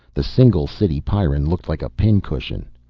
the single city pyrran looked like a pin-cushion.